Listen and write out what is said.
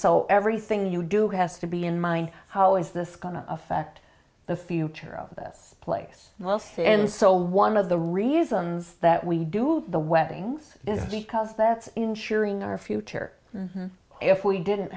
so everything you do has to be in mind how is this going to affect the future of this place and so one of the reasons that we do the weddings is because that's insuring our future if we didn't